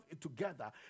together